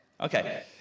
Okay